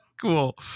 Cool